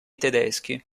tedeschi